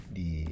di